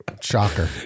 Shocker